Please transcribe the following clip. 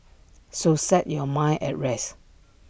so set your mind at rest